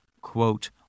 quote